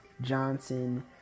Johnson